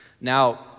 Now